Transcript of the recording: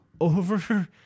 over